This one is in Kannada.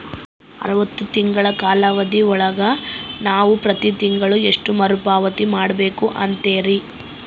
ಅರವತ್ತು ತಿಂಗಳ ಕಾಲಾವಧಿ ಒಳಗ ನಾವು ಪ್ರತಿ ತಿಂಗಳು ಎಷ್ಟು ಮರುಪಾವತಿ ಮಾಡಬೇಕು ಅಂತೇರಿ?